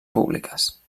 públiques